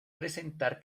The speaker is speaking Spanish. presentar